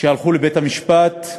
שהלכו לבית-המשפט,